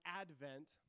Advent